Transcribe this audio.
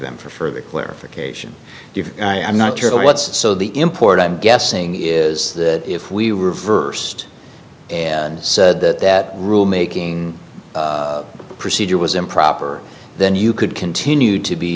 them for further clarification if i'm not sure what's so the import i'm guessing is that if we reversed and said that that rule making procedure was improper then you could continue to be